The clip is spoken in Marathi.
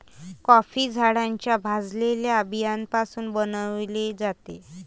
कॉफी झाडाच्या भाजलेल्या बियाण्यापासून बनविली जाते